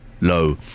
Low